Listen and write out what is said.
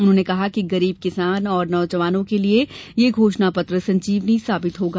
उन्होंने कहा है कि गरीब किसान और नौजवानों के लिये यह घोषणा पत्र संजीवनी साबित होगी